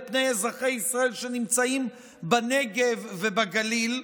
על פני אזרחי ישראל שנמצאים בנגב ובגליל.